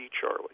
Charlie